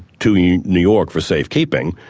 to yeah new york for safe keeping,